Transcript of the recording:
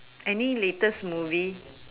any latest movie